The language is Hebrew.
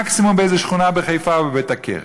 מקסימום איזו שכונה בחיפה ובית-הכרם.